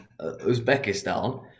Uzbekistan